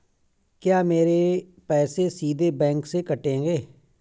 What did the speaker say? क्या मेरे पैसे सीधे बैंक से कटेंगे?